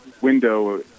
window